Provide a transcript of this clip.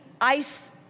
ice